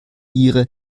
ihre